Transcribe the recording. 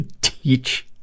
teach